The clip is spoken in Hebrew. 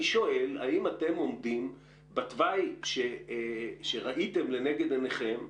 אני שואל אם אתם עומדים בתוואי שראיתם לנגד עיניכם,